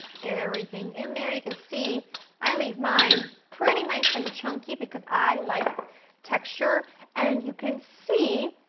get everything in there, you can see i leave mine pretty nice and chunky because i like texture and you can see,